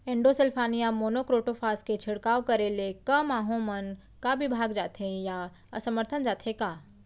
Endosulfan या monocrotophos के छिड़काव करे ले क माहो मन का विभाग जाथे या असमर्थ जाथे का?